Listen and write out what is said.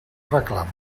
reclam